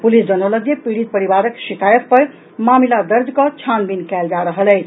police जनौलक जे पीड़ित परिवारक शिकायत पर मामिला दर्ज कऽ छानबीन कयल जा रहल अछि